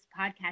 podcast